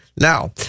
Now